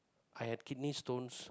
I had kidney stones